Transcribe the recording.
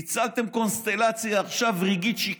ניצלתם עכשיו קונסטלציה רגעית, שקרית,